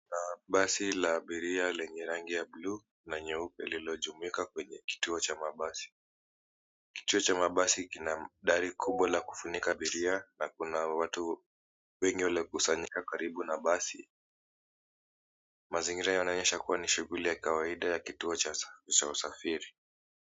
Kuna basi la abiria lenye rangi ya bluu na nyeupe lililotumika kwenye kituo cha mabasi. Kituo cha mabasi kina mdari kubwa la kufunika abiria na kuna watu wengi waliokusanyika karibu na basi. Maingira yanaonyesha kuwa ni shughuli ya kawaida ya kituo cha usafiri.